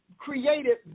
created